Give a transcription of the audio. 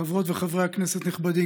חברות וחברי הכנסת הנכבדים,